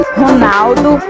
ronaldo